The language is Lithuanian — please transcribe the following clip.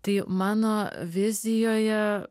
tai mano vizijoje